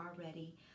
already